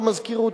במזכירות,